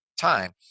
time